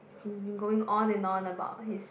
he's been going on and on about his